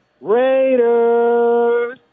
Raiders